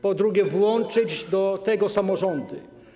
Po drugie, włączyć do tego samorządy.